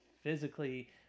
physically